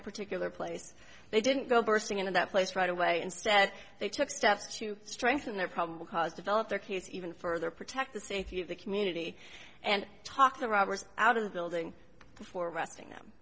a particular place they didn't go bursting into that place right away instead they took steps to strengthen their probable cause developed their case even further protect the safety of the community and talk to the robbers out of the building before arresting them